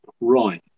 right